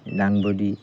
ডাংবটি